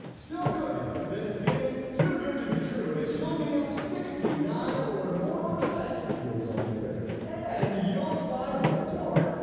so good that it feels too good to be true. as you'll be up sixty nine or more percent, your results may vary and you'll find what's more,